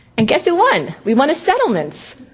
and guess who won? we won a settlement.